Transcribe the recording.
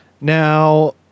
Now